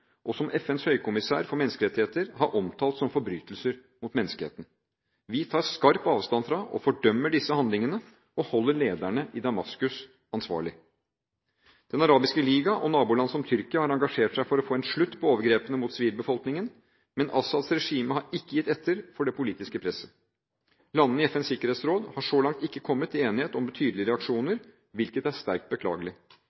og som FNs høykommissær for menneskerettigheter har omtalt som forbrytelser mot menneskeheten. Vi tar skarp avstand fra og fordømmer disse handlingene og holder lederne i Damaskus ansvarlig. Den arabiske liga og naboland som Tyrkia har engasjert seg for å få en slutt på overgrepene mot sivilbefolkningen, men Assads regime har ikke gitt etter for det politiske presset. Landene i FNs sikkerhetsråd har så langt ikke kommet til enighet om